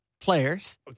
players